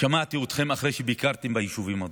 שמעתי אתכם אחרי שביקרתם ביישובים הדרוזיים,